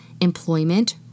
employment